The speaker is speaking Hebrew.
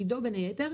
בין היתר,